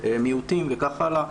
מיעוטים וכך הלאה.